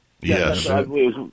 Yes